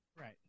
right